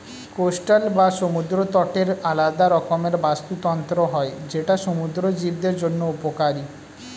coastal বা সমুদ্র তটের আলাদা রকমের বাস্তুতন্ত্র হয় যেটা সমুদ্র জীবদের জন্য উপকারী